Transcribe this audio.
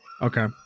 Okay